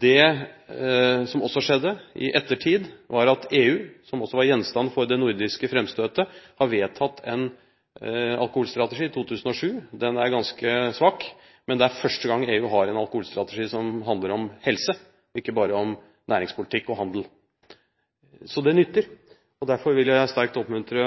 Det som også skjedde i ettertid, var at EU, som også var gjenstand for det nordiske framstøtet, har vedtatt en alkoholstrategi i 2007. Den er ganske svak, men det er første gang EU har en alkoholstrategi som handler om helse, ikke bare om næringspolitikk og handel. Så det nytter. Derfor vil jeg sterkt oppmuntre